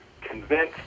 convince